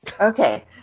Okay